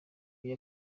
uyu